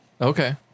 Okay